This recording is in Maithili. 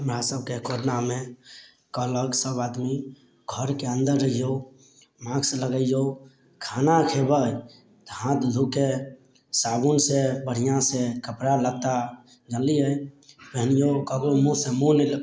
हमरा सबके कोरोनामे कहलक सब आदमी घरके अन्दर रहियौ मास्क लगैयौ खाना खयबै हाथ धोके साबुन से बढ़िआँ से कपड़ा लत्ता जनलियै पेन्हनियौ ककरो मुँह से मुँह लेलक